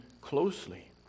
closely